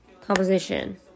Composition